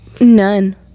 None